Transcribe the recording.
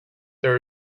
there